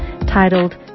titled